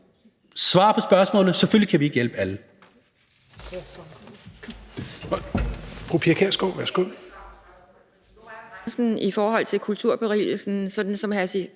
svaret på spørgsmålet er: Selvfølgelig kan vi ikke hjælpe alle.